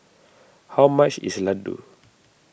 how much is Ladoo